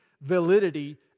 validity